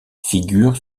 figure